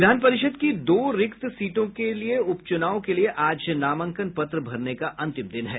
विधान परिषद की दो रिक्त सीटों के उप चूनाव के लिए आज नामांकन पत्र भरने का अंतिम दिन है